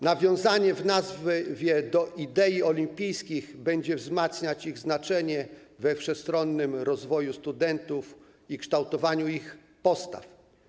Nawiązanie w nazwie do idei olimpijskich będzie wzmacniać ich znaczenie we wszechstronnym rozwoju studentów i kształtowaniu ich postaw.